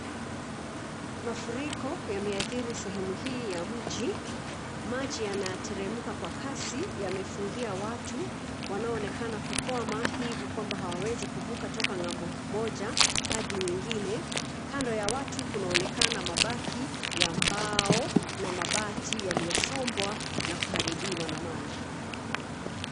Mafuriko yameathiri sehemu hii ya mji. Maji yanateremka kwa kasi yamefungia watu, hivi kwamba hawawezi kuvuka kutoka ng'ambo moja hadi nyingine. Kando ya watu, kunaonekana mabaki ya mbao na mabati yaliyosombwa na kuharibiwa na maji.